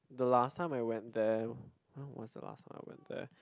the last time I went there when was the last time I went there